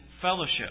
fellowship